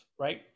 right